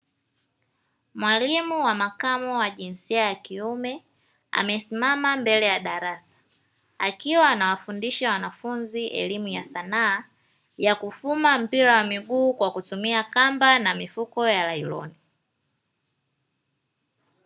Mwalimu wa makamo wa jinsia ya kiume amesimama mbele ya darasa, akiwa anawafundisha wanafunzi elimu ya sanaa ya kufuma mpira wa miguu kwa kutumia kamba na mifuko ya nailoni.